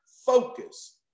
focus